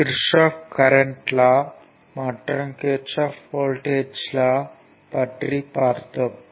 Kirchhoff current சட்டம் kirchoff's current law மற்றும் Kirchhoff voltage சட்டம் kirchoff's voltage law பற்றி பார்த்தோம்